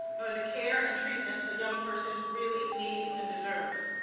nor the care and treatment of young person really needs and deserves.